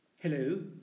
Hello